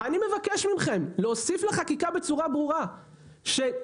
אני מבקש מכם להוסיף לחקיקה בצורה ברורה שכל